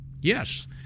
Yes